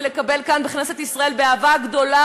ולקבל כאן בכנסת ישראל באהבה גדולה,